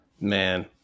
man